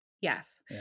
Yes